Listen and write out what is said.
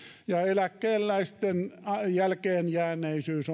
ja eläkeläisten jälkeenjääneisyys